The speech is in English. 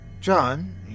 John